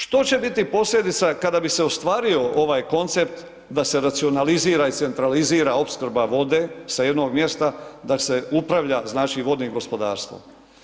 Što će biti posljedica kada bi se ostvario ovaj koncept da se racionalizira i centralizira opskrba vode sa jednog mjesta, da se upravlja znači vodnim gospodarstvom.